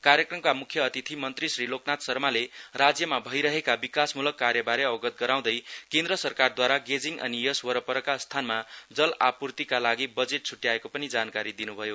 कार्यक्रमका मुख्य अतिथि मन्त्री श्री लोकनाथ शर्माले राज्यमा भइरहेका विकासमुलक कार्यवारे अवगत गराउँदै केन्द्र सरकारदूवारा गेजिङ अनि यस वरपरका स्थानमा जल आपूर्तिका लागि बजेट छुट्याइएको पनि जानकारी दिनुभयो